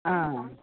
आ